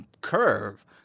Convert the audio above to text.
curve